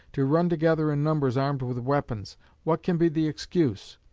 to run together in numbers armed with weapons what can be the excuse?